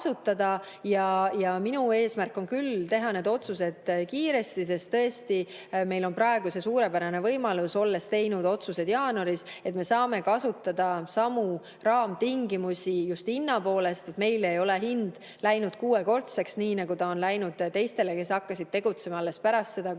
Minu eesmärk on küll teha need otsused kiiresti. Tõesti, meil on praegu suurepärane võimalus, olles teinud otsused jaanuaris, sest me saame kasutada samu raamtingimusi just hinna poolest, meil ei ole hind läinud kuuekordseks, nii nagu ta on läinud teistel, kes hakkasid tegutsema alles pärast seda, kui sõda